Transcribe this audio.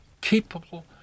capable